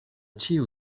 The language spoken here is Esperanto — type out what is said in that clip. ĉiu